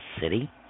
city